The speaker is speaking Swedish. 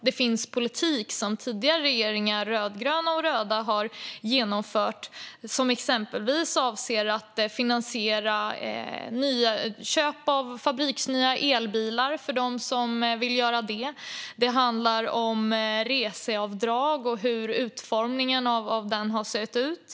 Det finns politik som tidigare regeringar, rödgröna och röda, har genomfört som exempelvis har inneburit att finansiera köp av fabriksnya elbilar för dem som vill köpa sådana. Det har handlat om reseavdrag och hur utformningen av det har sett ut.